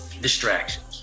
distractions